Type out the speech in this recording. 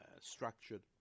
structured